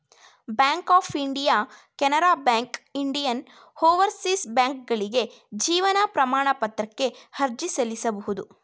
bank of India Canara Bank Indian Overseas ಬ್ಯಾಂಕ್ಕ್ಗಳಿಗೆ ಜೀವನ ಪ್ರಮಾಣ ಪತ್ರಕ್ಕೆ ಅರ್ಜಿ ಸಲ್ಲಿಸಬಹುದು